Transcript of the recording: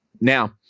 Now